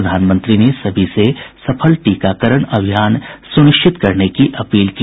प्रधानमंत्री ने सभी से सफल टीकाकरण अभियान सुनिश्चित करने की अपील की